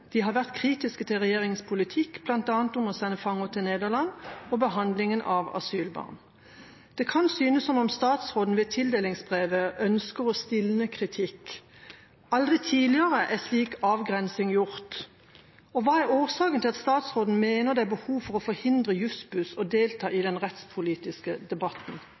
De har vært kritiske til regjeringens politikk, bl.a. om å sende fanger til Nederland og behandlingen av asylbarn. Det kan synes som om statsråden ved tildelingsbrevet ønsker å stilne kritikk. Aldri tidligere er slik avgrensning gjort. Hva er årsaken til at statsråden mener det er behov for å forhindre Juss-Buss å delta i den rettspolitiske debatten?»